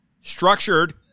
structured